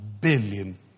billion